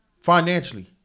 Financially